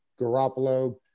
Garoppolo